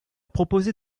proposer